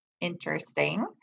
interesting